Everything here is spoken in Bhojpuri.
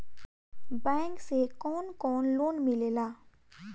बैंक से कौन कौन लोन मिलेला?